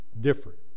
different